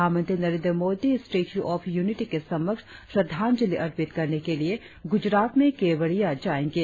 प्रधानमंत्री Narendra Modi statue of unity के समक्ष श्रद्धांजलि अर्पित करने के लिए गुजरात में केवडिया जायेंगे